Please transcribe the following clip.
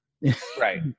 right